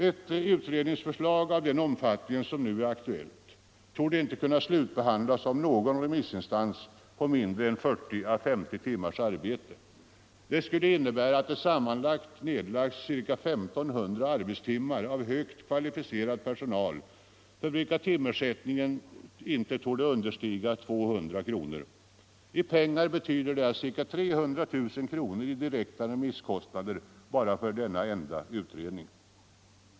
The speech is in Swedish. Ett utredningsförslag av den omfattning som nu är aktuellt torde inte kunna slutbehandlas av någon remissinstans med mindre än 40-50 timmars arbete. Det skulle innebära att det tillsammans nedlagts ca 1 500 arbetstimmar av högt kvalificerad personal, för vilken timersättningen inte torde understiga 200 kronor. I pengar skulle detta betyda ca 300 000 kronor i direkta remisskostnader bara för en enda utredning.